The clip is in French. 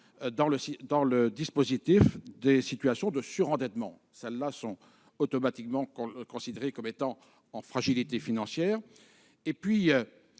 dans le dispositif des situations de surendettement, auquel cas elles sont automatiquement considérées comme étant en fragilité financière. Les